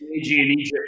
Egypt